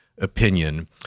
opinion